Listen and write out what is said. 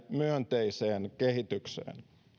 myönteiseen kehitykseen